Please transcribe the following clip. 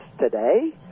today